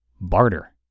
barter